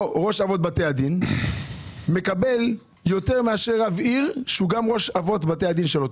אבות בתי הדין מקבל יותר מאשר רב עיר שהוא גם ראש אבות בתי הדין?